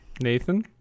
Nathan